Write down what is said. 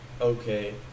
okay